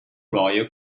royal